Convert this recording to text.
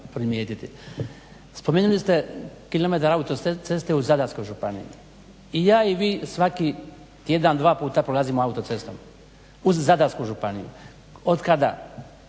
primijetiti, spomenuli ste kilometar autoceste u Zadarskoj županiji. I ja i vi svaki tjedan, dva puta prolazimo autocestom, uz Zadarsku županiju, otkada,